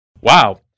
Wow